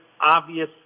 obvious